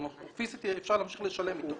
כלומר, פיזית יהיה אפשר להמשיך לשלם איתו.